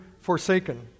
forsaken